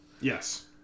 Yes